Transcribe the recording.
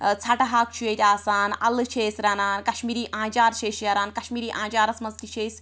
ٲں ژھَٹہٕ ہاکھ چھُ ییٚتہِ آسان اَلہٕ چھِ أسۍ رَنان کشمیٖری آنٛچار چھِ أسۍ شیران کشمیٖری آنٛچارَس مَنٛز تہِ چھِ أسۍ